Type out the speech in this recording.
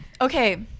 okay